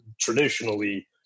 traditionally